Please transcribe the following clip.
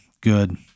Good